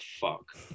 fuck